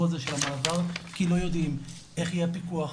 הזה של המעבר כי לא יודעים איך יהיה הפיקוח,